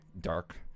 dark